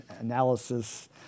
analysis